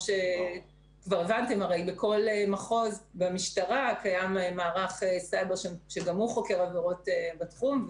הבנתם שבכל מחוז במשטרה קיים מערך סייבר שגם הוא חוקר עבירות בתחום,